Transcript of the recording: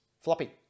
Floppy